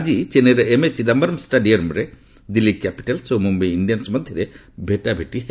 ଆଜି ଚେନ୍ନାଇର ଏମ୍ଏ ଚିଦାୟରମ୍ ଷ୍ଟାଡିୟମରେ ଦିଲ୍ଲୀ କ୍ୟାପିଟାଲ୍ସ ଓ ମୁମ୍ବାଇ ଇଣ୍ଡିଆନ୍ନ ମଧ୍ୟରେ ଭେଟାଭେଟି ହେବ